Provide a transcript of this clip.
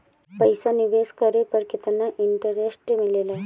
पईसा निवेश करे पर केतना इंटरेस्ट मिलेला?